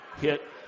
hit